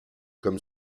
comme